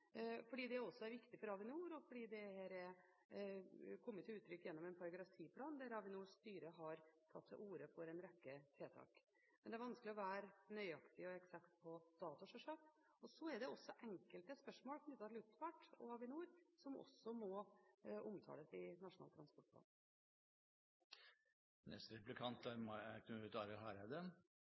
fordi det også er viktig for Avinor, og fordi det er kommet til uttrykk gjennom en § 10-plan, der Avinors styre har tatt til orde for en rekke tiltak. Men det er vanskelig å være nøyaktig og eksakt på dato, sjølsagt. Så er det også enkelte spørsmål knyttet til luftfart og Avinor som også må omtales i Nasjonal transportplan.